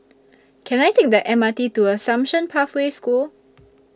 Can I Take The M R T to Assumption Pathway School